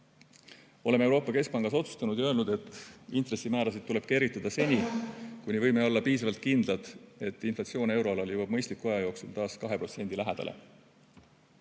olnud. Oleme Euroopa Keskpangas otsustanud ja öelnud, et intressimäärasid tuleb kergitada seni, kuni võime olla piisavalt kindlad, et inflatsioon euroalal jõuab mõistliku aja jooksul taas 2% lähedale.